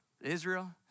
Israel